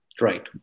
Right